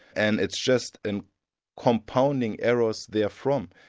and it's just and compounding errors therefrom.